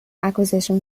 acquisition